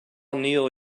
neil